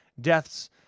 deaths